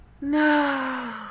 no